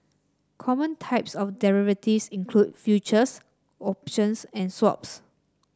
common types of derivatives include futures options and swaps